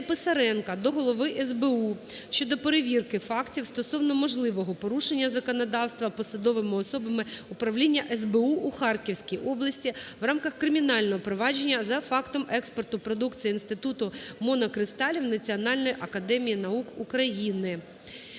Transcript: Писаренка до Голови СБУ щодо перевірки фактів стосовно можливого порушення законодавства посадовими особами Управління СБУ в Харківській області в рамках кримінального провадження за фактом експорту продукції Інституту монокристалів Національної академії наук України.